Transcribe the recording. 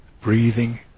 breathing